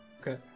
Okay